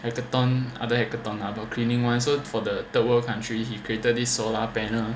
hackathon other hackathon about cleaning [one] so for the third world country he created this solar panel